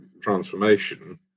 transformation